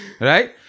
Right